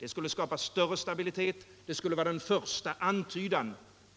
Det skulle skapa större stabilitet, det skulle vara den första antydan